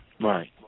Right